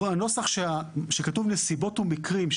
הנוסח בו כתוב נסיבות ומקרים,